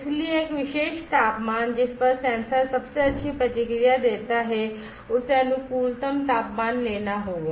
इसलिए एक विशेष तापमान जिस पर सेंसर सबसे अच्छी प्रतिक्रिया देता है उसे अनुकूलतम तापमान लेना होगा